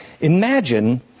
Imagine